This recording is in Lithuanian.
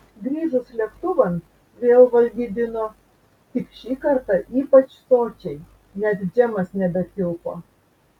grįžus lėktuvan vėl valgydino tik šį kartą ypač sočiai net džemas nebetilpo